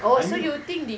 I mean